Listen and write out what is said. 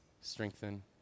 strengthen